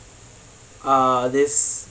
ah this